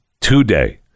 today